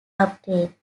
upgrade